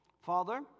Father